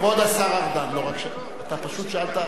כבוד השר ארדן, אתה פשוט שאלת.